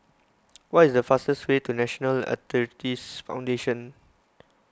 what is the fastest way to National Arthritis Foundation